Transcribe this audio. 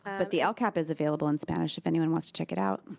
but the ah lcap is available in spanish if anyone wants to check it out.